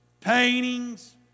paintings